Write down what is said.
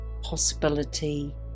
possibility